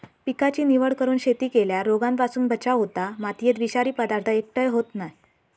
पिकाची निवड करून शेती केल्यार रोगांपासून बचाव होता, मातयेत विषारी पदार्थ एकटय होयत नाय